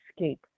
escape